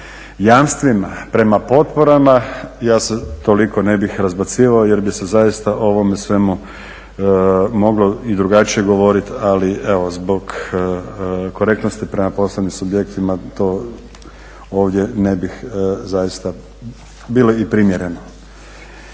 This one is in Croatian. jamstvima, prema potporama ja se toliko ne bih razbacivao jer bih se zaista ovome svemu moglo i drugačije govoriti ali evo zbog korektnosti prema poslovnim subjektima to ovdje ne bih zaista bilo i primjereno.